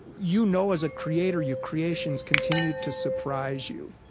you know, as a creator, your creations continue to surprise you